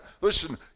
Listen